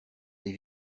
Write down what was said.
des